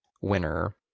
winner